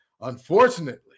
Unfortunately